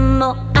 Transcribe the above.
more